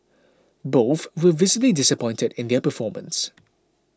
both were visibly disappointed in their performance